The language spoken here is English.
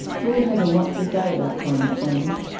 george has a lot to say about climate change.